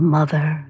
Mother